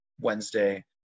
Wednesday